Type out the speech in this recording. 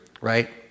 right